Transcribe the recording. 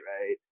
right